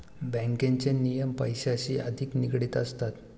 बँकेचे नियम पैशांशी अधिक निगडित असतात